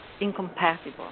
incompatible